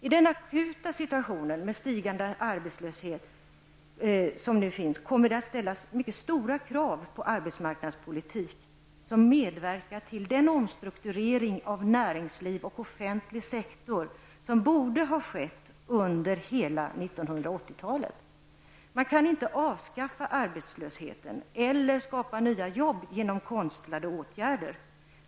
I den nu akuta situationen med en stigande arbetslöshet kommer det att ställas mycket stora krav på en arbetsmarknadspolitik som medverkar till den omstrukturering av näringsliv och offentlig sektor som hade behövts under hela 1980-talet. Det går inte att få bort arbetslösheten eller att skapa nya jobb genom konstlade åtgärder.